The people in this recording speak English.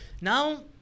Now